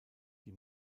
die